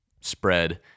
spread